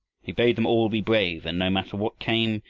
he bade them all be brave, and no matter what came,